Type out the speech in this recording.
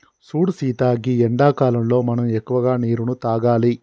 సూడు సీత గీ ఎండాకాలంలో మనం ఎక్కువగా నీరును తాగాలి